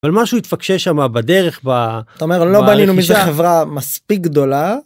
אבל משהו התפקש שם בדרך, ב... אתה אומר, לא בנינו מזה חברה מספיק גדולה.